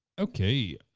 okay.